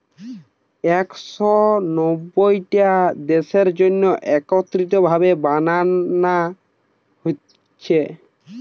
একশ নব্বইটা দেশের জন্যে একত্রিত ভাবে বানানা হচ্ছে